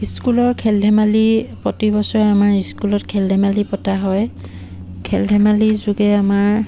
স্কুলৰ খেল ধেমালি প্ৰতিবছৰে আমাৰ স্কুলত খেল ধেমালি পতা হয় খেল ধেমালিৰ যোগে আমাৰ